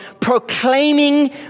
proclaiming